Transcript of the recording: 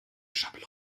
schablone